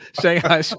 Shanghai